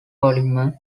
polymer